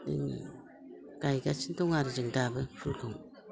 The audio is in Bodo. इदिनो गायगासिनो दं आरो जों दाबो फुलखौ